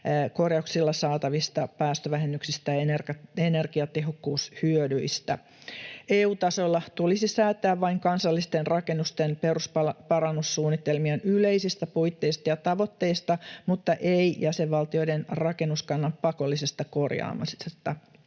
korjauksilla saatavista päästövähennyksistä ja energiatehokkuushyödyistä. EU-tasolla tulisi säätää vain rakennusten kansallisten perusparannussuunnitelmien yleisistä puitteista ja tavoitteista, ei jäsenvaltioiden rakennuskannan pakollisesta korjaamisesta.